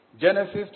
Genesis